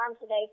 today